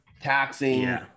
taxing